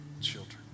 children